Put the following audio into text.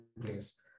place